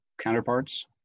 counterparts